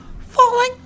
falling